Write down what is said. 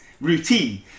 routine